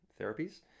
therapies